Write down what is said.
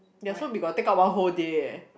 ya so we gotta take out one whole day eh